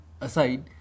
aside